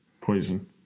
Poison